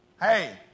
Hey